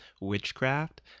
witchcraft